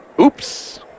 Oops